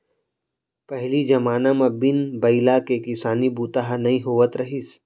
पहिली जमाना म बिन बइला के किसानी बूता ह नइ होवत रहिस